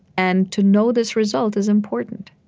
and to know this result is important.